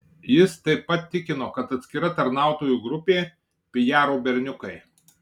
jis taip pat tikino kad atskira tarnautojų grupė pijaro berniukai